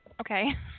okay